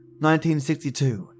1962